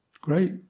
Great